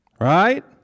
Right